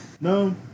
no